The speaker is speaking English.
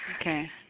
Okay